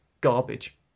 garbage